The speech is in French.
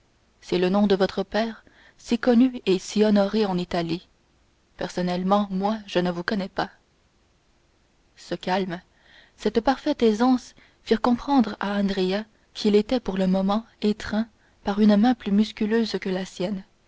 c'est le nom de votre père si connu et si honoré en italie personnellement moi je ne vous connais pas ce calme cette parfaite aisance firent comprendre à andrea qu'il était pour le moment étreint par une main plus musculeuse que la sienne